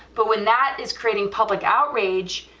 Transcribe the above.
but when that is creating public outrage,